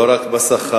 לא רק בשכר,